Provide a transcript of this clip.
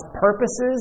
purposes